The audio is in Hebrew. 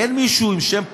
אין מישהו עם שם פרטי,